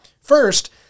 First